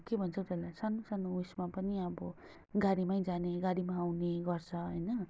के भन्छ हौ त्यसलाई सासानो सानो उइसमा पनि अब गाडीमै जाने गाडीमा आउने गर्छ होइन